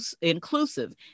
inclusive